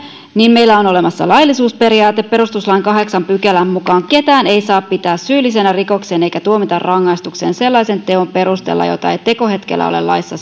niin meillä on olemassa laillisuusperiaate perustuslain kahdeksas pykälä mukaan ketään ei saa pitää syyllisenä rikokseen eikä tuomita rangaistukseen sellaisen teon perusteella jota ei tekohetkellä ole laissa